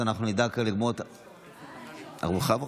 אז אנחנו נדאג, ארוחה בחוץ.